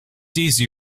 easy